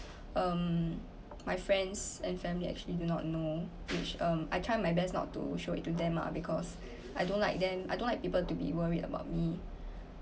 um my friends and family actually do not know which um I try my best not to show it to them lah because I don't like them I don't like people to be worried about me